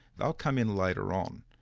they'll come in later on,